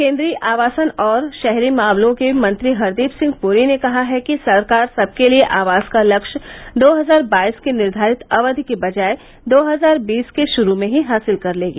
केन्द्रीय आवासन और शहरी मामलों के मंत्री हरदीप सिंह पुरी ने कहा है कि सरकार सबके लिए आवास का लक्ष्य दो हजार बाईस की निर्वारित अवधि की बजाय दो हजार बीस के शुरू में ही हासिल कर लेगी